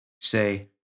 Say